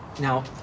Now